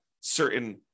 certain